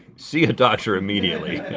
see a doctor immediately.